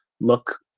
look